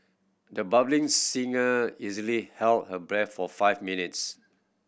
the singer easily held her breath for five minutes